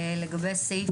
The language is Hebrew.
לגבי סעיף